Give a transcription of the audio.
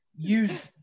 use